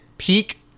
Peak